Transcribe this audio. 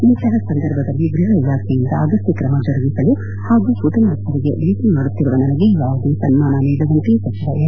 ಇಂತಹ ಸಂದರ್ಭದಲ್ಲಿ ಗೃಹ ಇಲಾಖೆಯಿಂದ ಅಗತ್ಯ ಕ್ರಮ ಜರುಗಿಸಲು ಹಾಗೂ ಕುಟುಂಬಸ್ದರನ್ನು ಭೇಟಿ ಮಾಡುತ್ತಿರುವ ತಮಗೆ ಯಾವುದೇ ಸನ್ಮಾನ ನೀಡದಂತೆ ಸಚಿವ ಎಂ